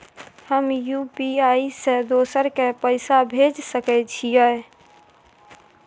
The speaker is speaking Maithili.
हम यु.पी.आई से दोसर के पैसा भेज सके छीयै?